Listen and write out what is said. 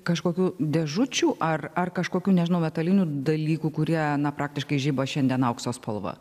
kažkokių dėžučių ar ar kažkokių nežinau metalinių dalykų kurie praktiškai žiba šiandien aukso spalva